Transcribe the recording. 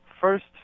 First